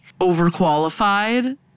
overqualified